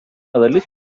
dalis